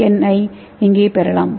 என் ஐ இங்கே பெறலாம்